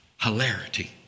Hilarity